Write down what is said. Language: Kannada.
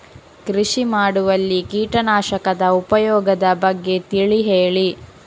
ಕೃಷಿ ಮಾಡುವಲ್ಲಿ ಕೀಟನಾಶಕದ ಉಪಯೋಗದ ಬಗ್ಗೆ ತಿಳಿ ಹೇಳಿ